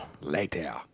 Later